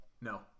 No